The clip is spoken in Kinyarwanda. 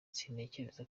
sintekereza